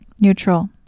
neutral